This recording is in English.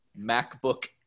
MacBook